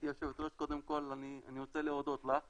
יושבת הראש, קודם כל אני רוצה להודות לך